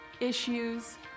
issues